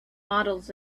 models